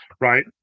right